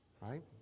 right